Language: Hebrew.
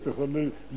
הייתי יכול לקבול.